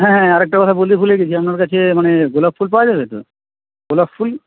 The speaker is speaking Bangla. হ্যাঁ হ্যাঁ হ্যাঁ আরেকটা কথা বলতে ভুলে গেছি আপনার কাছে মানে গোলাপ ফুল পাওয়া যাবে তো গোলাপ ফুল